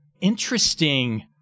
interesting